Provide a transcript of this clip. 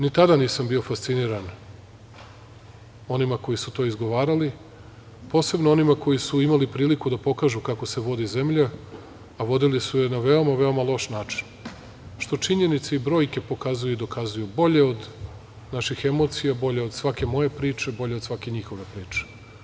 Ni tada nisam bio fasciniran onima koji su to izgovarali, posebno onima koji su imali priliku da pokažu kako se vodi zemlja, a vodili su je na veoma, veoma loš način, što činjenice i brojke pokazuju i dokazuju, bolje od naših emocija, bolje od svake moje priče, bolje od svake njihove priče.